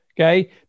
okay